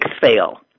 fail